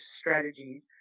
strategies